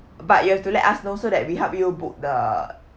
but you have to let us know so that we help you book the